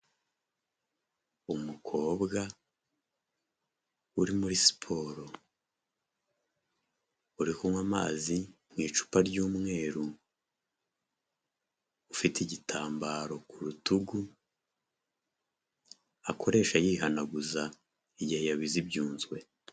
Umukobwa uri muri siporo, uri kunywa amazi mu icupa ry'umweru, ufite igitambaro ku rutugu, akoresha yihanaguza igihe yabize ibyunzwe.